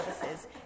services